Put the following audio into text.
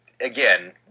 Again